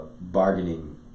bargaining